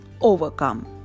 overcome